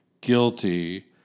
guilty